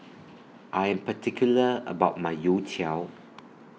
I Am particular about My Youtiao